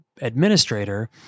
administrator